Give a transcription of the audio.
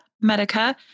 Medica